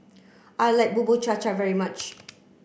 I like Bubur Cha Cha very much